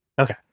Okay